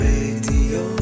Radio